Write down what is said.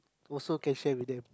also can share with them